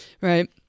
right